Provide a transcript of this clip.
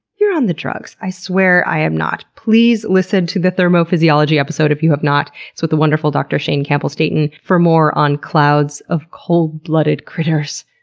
you're on the drugs. i swear i am not. please listen to the thermophysiology episode if you have not it's with the wonderful dr. shane campbell-staton for more on clouds of cold-blooded critters.